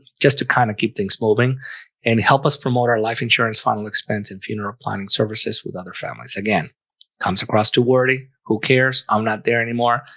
just to kind of keep things molding and help us promote our life insurance final expense and funeral planning services with other families again comes across too. wordy who cares i'm not there anymore,